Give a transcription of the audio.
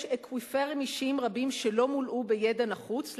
יש אקוויפרים אישיים רבים שלא מולאו בידע נחוץ,